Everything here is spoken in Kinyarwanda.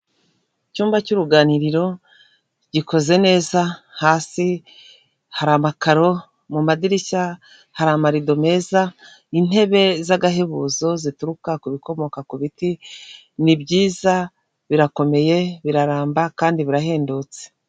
Icyumba cy'uruganiriro gikoze neza hasi hari amakaro mu madirishya hari amarido meza, intebe z'agahebuzo zituruka ku bikomoka ku biti ni byiza birakomeye biraramba kandi birahendutse.